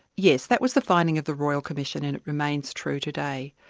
yes. that was the finding of the royal commission and it remains true today.